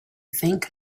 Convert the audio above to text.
think